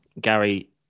Gary